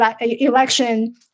election